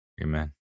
Amen